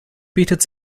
bietet